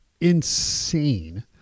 insane